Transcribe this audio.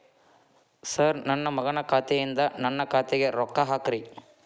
sir ನನ್ನ ಮಗನ ಖಾತೆ ಯಿಂದ ನನ್ನ ಖಾತೆಗ ರೊಕ್ಕಾ ಹಾಕ್ರಿ